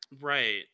Right